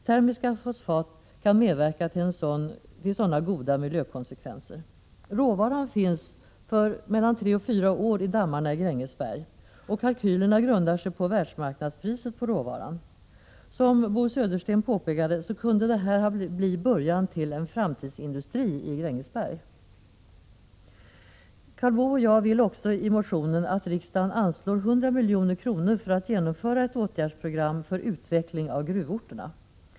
Termiska fosfat kan medverka till sådana goda miljökonsekvenser. Råvara finns för mellan tre och fyra år i dammarna i Grängesberg, och kalkylerna grundar sig på världsmarknadspriset på råvaran. Som Bo Södersten sade, kunde det här bli början till en framtidsindustri i Grängesberg. Karl Boo och jag hemställer också i motionen att riksdagen skall anslå 100 milj.kr. för att genomföra ett åtgärdsprogram för utveckling av gruvorterna.